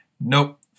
Nope